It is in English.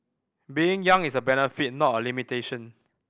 being young is a benefit not a limitation